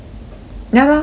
ya lor exactly ah